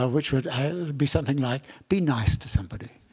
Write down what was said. ah which would be something like, be nice to somebody.